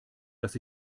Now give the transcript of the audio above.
dass